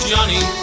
Johnny